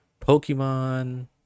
pokemon